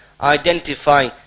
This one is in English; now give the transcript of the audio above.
identify